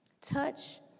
touch